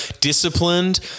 disciplined